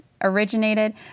originated